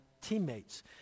teammates